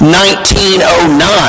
1909